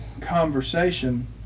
conversation